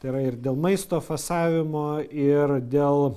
tai yra ir dėl maisto fasavimo ir dėl